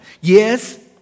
Yes